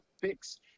fix